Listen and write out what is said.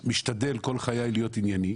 אני משתדל כל חיי להיות ענייני,